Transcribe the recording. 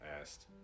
asked